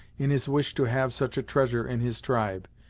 in his wish to have such a treasure in his tribe,